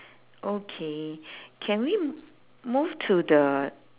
okay can we move to the